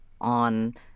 on